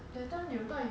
ya I did